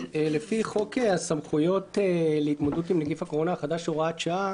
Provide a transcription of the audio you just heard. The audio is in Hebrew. לפי חוק הסמכויות להתמודדות עם נגיף הקורונה החדש (הוראת שעה),